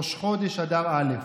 ראש חודש אדר א'.